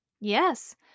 Yes